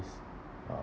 s~ uh